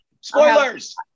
Spoilers